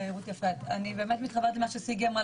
אני באמת מתחברת למה שסיגי אמרה,